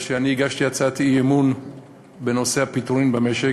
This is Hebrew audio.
בגלל שהגשתי הצעת אי-אמון בנושא הפיטורים במשק,